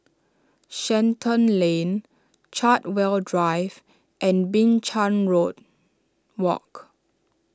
Shenton Lane Chartwell Drive and Binchang Road Walk